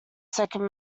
second